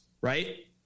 Right